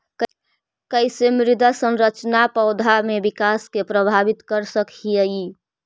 कईसे मृदा संरचना पौधा में विकास के प्रभावित कर सक हई?